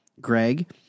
Greg